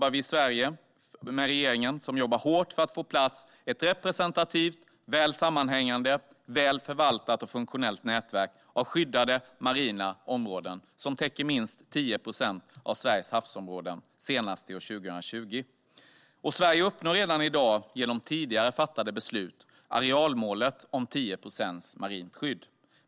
Här hemma i Sverige jobbar regeringen hårt för att få på plats ett representativt, väl sammanhängande, väl förvaltat och funktionellt nätverk av skyddade marina områden som täcker minst 10 procent av Sveriges havsområden senast till 2020. Sverige uppnår redan i dag genom tidigare fattade beslut arealmålet om 10 procents marint skydd.